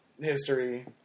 history